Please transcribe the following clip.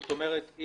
זאת אומרת,